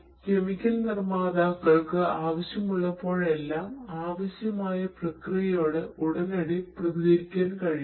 chemical നിർമ്മാതാക്കൾക്ക് ആവശ്യമുള്ളപ്പോഴെല്ലാം ആവശ്യമായ പ്രക്രിയയോട് ഉടനടി പ്രതികരിക്കാൻ കഴിയുന്നു